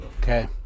okay